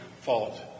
fault